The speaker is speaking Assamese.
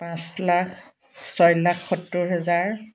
পাঁচ লাখ ছয় লাখ সত্তৰ হাজাৰ